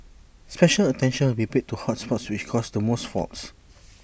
special attention will be paid to hot spots which cause the most faults